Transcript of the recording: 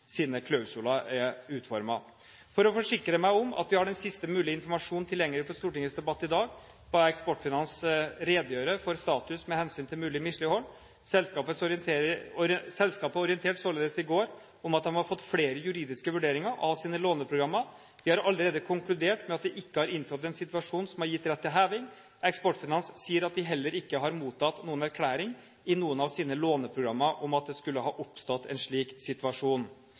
klausuler er utformet. For å forsikre meg om at vi har den siste mulige informasjon tilgjengelig for Stortingets debatt i dag, ba jeg Eksportfinans redegjøre for status med hensyn til mulig mislighold. Selskapet orienterte således i går om at de hadde fått flere juridiske vurderinger av sine låneprogrammer. De har allerede konkludert med at det ikke har inntrådt en situasjon som har gitt rett til heving. Eksportfinans sier at de heller ikke har mottatt noen erklæring i noen av sine låneprogrammer om at det skulle ha oppstått en slik situasjon.